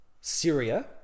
Syria